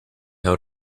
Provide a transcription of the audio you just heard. how